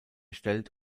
stellt